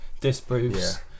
disproves